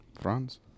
France